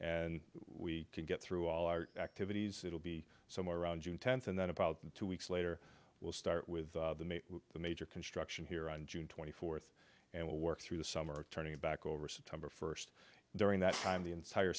and we can get through all our activities it will be somewhere around june tenth and then about two weeks later we'll start with the major construction here on june twenty fourth and we'll work through the summer turning it back over september first during that time the entire